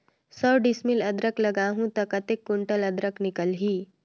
सौ डिसमिल अदरक लगाहूं ता कतेक कुंटल अदरक निकल ही?